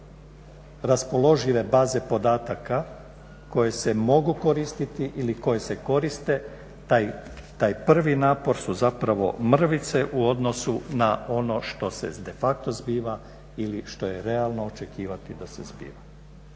ukupno raspoložive baze podataka koje se mogu koristiti ili koje se koriste taj prvi napor su zapravo mrvice u odnosu na ono što se de facto zbiva ili što je realno očekivati da se zbiva.